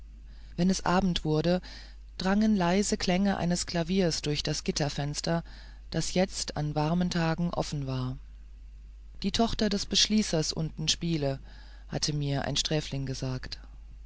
wenn es abend wurde drangen leise klänge eines klaviers durch das gitterfenster das jetzt an warmen tagen offen war die tochter des beschließers unten spiele hatte mir ein sträfling gesagt